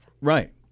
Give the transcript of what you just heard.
Right